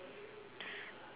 house the big house